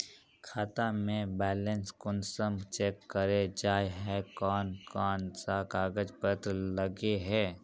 खाता में बैलेंस कुंसम चेक करे जाय है कोन कोन सा कागज पत्र लगे है?